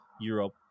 Europe